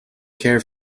care